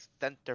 center